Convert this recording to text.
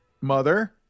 mother